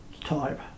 type